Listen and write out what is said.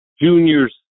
juniors